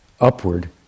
upward